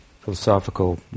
philosophical